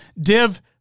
Div